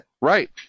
Right